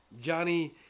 Johnny